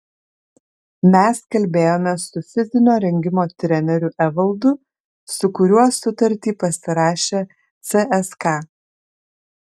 mes kalbėjome su fizinio rengimo treneriu evaldu su kuriuo sutartį pasirašė cska